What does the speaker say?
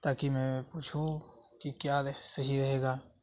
تاکہ میں پوچھوں کہ کیا صحیح رہے گا